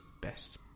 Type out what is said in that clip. Best